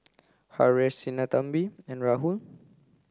Haresh Sinnathamby and Rahul